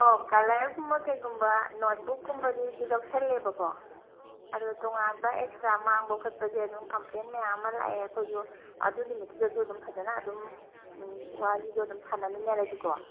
ꯑꯣ ꯀꯂꯔꯒꯨꯝꯕ ꯀꯩꯒꯨꯝꯕ ꯅꯣꯠꯕꯨꯛ ꯀꯨꯝꯕꯗꯨꯗꯤ ꯂꯧꯁꯤꯜꯂꯦꯕꯀꯣ ꯑꯗꯨ ꯇꯣꯉꯥꯟꯕ ꯑꯦꯛꯁꯇ꯭ꯔꯥ ꯃꯥꯡꯕ ꯈꯣꯠꯄꯁꯦ ꯑꯗꯨꯝ ꯀꯝꯄ꯭ꯂꯦꯟ ꯃꯌꯥꯝ ꯑꯃ ꯂꯥꯛꯑꯦ ꯑꯩꯈꯣꯏꯁꯨ ꯑꯗꯨ ꯅꯨꯃꯤꯠꯇꯨꯗꯁꯨ ꯑꯗꯨꯝ ꯐꯖꯅ ꯑꯗꯨꯝ ꯎꯝ ꯋꯥꯔꯤꯗꯨ ꯑꯗꯨꯝ ꯁꯥꯟꯅꯃꯤꯟꯅꯔꯁꯤꯀꯣ